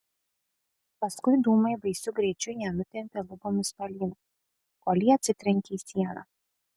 paskui dūmai baisiu greičiu ją nutempė lubomis tolyn kol ji atsitrenkė į sieną